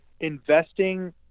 investing